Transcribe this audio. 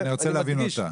אבל אני רוצה להבין אותה.